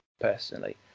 personally